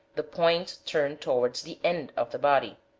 the point turned towards the end of the body.